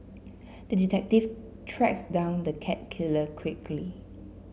the detective tracked down the cat killer quickly